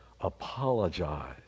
apologize